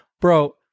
Bro